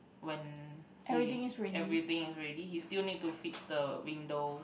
when he everything is ready he still need to fix the window